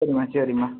சரிம்மா சரிம்மா